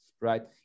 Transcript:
right